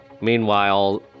Meanwhile